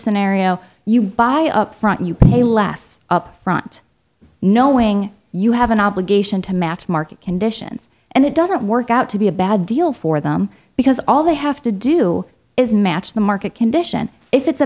scenario you buy upfront you can pay less up front knowing you have an obligation to match market conditions and it doesn't work out to be a bad deal for them because all they have to do is match the market condition if it's a